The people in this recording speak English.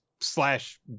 slash